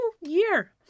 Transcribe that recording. year